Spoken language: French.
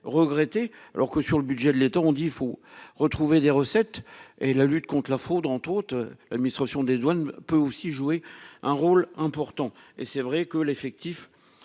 Regretter alors que sur le budget de l'État on dit faut retrouver des recettes et la lutte contre la fraude entre. L'administration des douanes peut aussi jouer un rôle important et c'est vrai que l'effectif